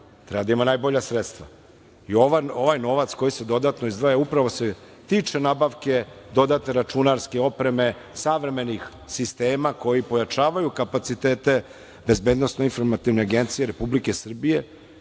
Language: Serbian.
treba da ima najbolja sredstva i ovaj novac koji se dodatno izdvaja upravo se tiče nabavke dodatne računarske opreme savremenih sistema koji pojačavaju kapacitete BIA Republike Srbije